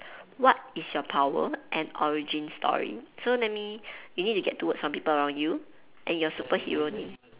what is your power and origin story so let me you need to get two words from people around you and your superhero name